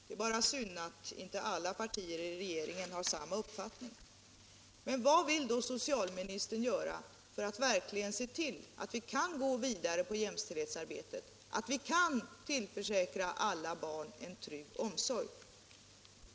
Det är bara synd att inte alla partier i regeringen har samma uppfattning. Men vad vill då socialministern göra för att verkligen se till att vi kan gå vidare i jämställdhetsarbetet och tillförsäkra alla barn en trygg omsorg?